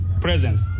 presence